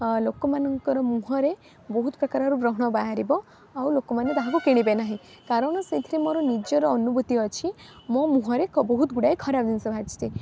ଲୋକମାନଙ୍କର ମୁହଁରେ ବହୁତ ପ୍ରକାରର ବ୍ରଣ ବାହାରିବ ଆଉ ଲୋକମାନେ ତାହାକୁ କିଣିବେ ନାହିଁ କାରଣ ସେଥିରେ ମୋର ନିଜର ଅନୁଭୂତି ଅଛି ମୋ ମୁହଁରେ ବହୁତ ଗୁଡ଼ାଏ ଖରାପ ଜିନିଷ ବାହାରି